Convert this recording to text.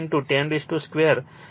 તેથી તે 1